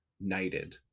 knighted